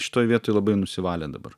šitoj vietoj labai nusivalė dabar